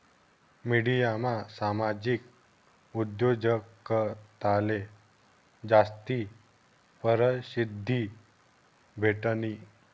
मिडियामा सामाजिक उद्योजकताले जास्ती परशिद्धी भेटनी